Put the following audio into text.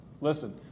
Listen